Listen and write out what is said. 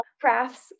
crafts